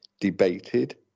debated